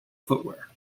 footwear